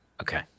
Okay